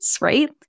Right